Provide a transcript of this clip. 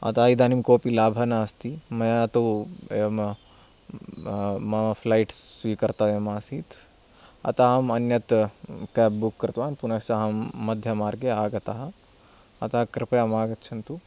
अतः इदानीं कोपि लाभः नास्ति मया तु एवं मम फ़्लैट् स्वीकर्तव्यमासीत् अतः अहम् अन्यत् केब् बुक् कृतवान् पुनश्च अहं मध्ये मार्गे आगतः अतः कृपया मागच्छन्तु